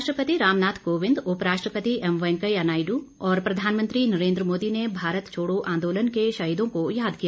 राष्ट्रपति रामनाथ कोविंद उप राष्ट्रपति एम वैंकेया नायडू और प्रधानमंत्री नरेन्द्र मोदी ने भारत छोड़ो आंदोलन के शहीदों को याद किया